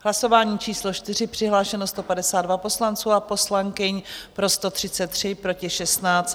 Hlasování číslo 4, přihlášeno 152 poslanců a poslankyň, pro 133, proti 16.